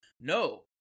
No